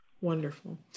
Wonderful